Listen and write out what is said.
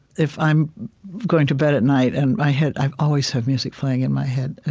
if i'm going to bed at night, and my head i always have music playing in my head. ah